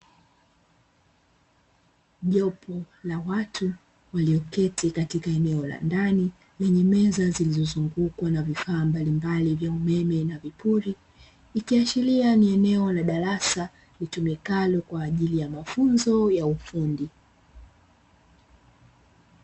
Jopo la watu walioketi katika eneo la ndani lenye meza zilizozungukwa na vifaa mbalimbali vya umeme na vipuri, ikiashiria ni eneo la darasa litumikalo kwa ajili ya mafunzo ya ufundi.